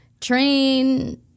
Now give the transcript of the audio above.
Train